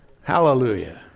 Hallelujah